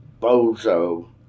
Bozo